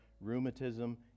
rheumatism